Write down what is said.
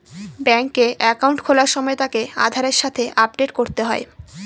ব্যাঙ্কে একাউন্ট খোলার সময় তাকে আধারের সাথে আপডেট করতে হয়